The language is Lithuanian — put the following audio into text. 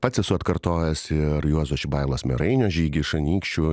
pats esu atkartojęs ir juozo šibailos merainio žygį iš anykščių